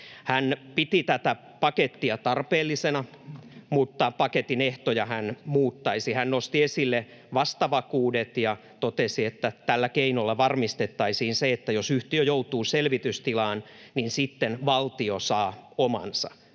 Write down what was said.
Hän piti tätä pakettia tarpeellisena, mutta paketin ehtoja hän muuttaisi. Hän nosti esille vastavakuudet ja totesi, että tällä keinolla varmistettaisiin se, että jos yhtiö joutuu selvitystilaan, niin sitten valtio saa omansa.